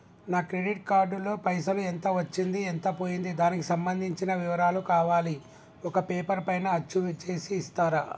నా credit card లో పైసలు ఎంత వచ్చింది ఎంత పోయింది దానికి సంబంధించిన వివరాలు కావాలి ఒక పేపర్ పైన అచ్చు చేసి ఇస్తరా?